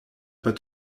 pas